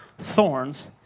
thorns